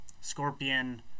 Scorpion